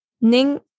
Ning